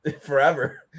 forever